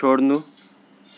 छोड्नु